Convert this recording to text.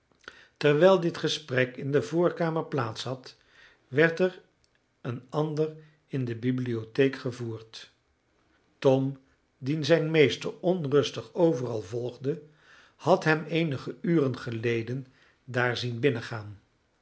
terwijl dit gesprek in de voorkamer plaats had werd er een ander in de bibliotheek gevoerd tom die zijn meester onrustig overal volgde had hem eenige uren geleden daar zien binnengaan